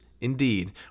indeed